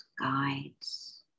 guides